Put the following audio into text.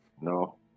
No